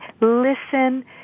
listen